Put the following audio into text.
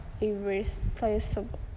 irreplaceable